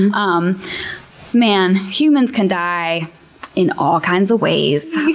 and um man! humans can die in all kinds of ways.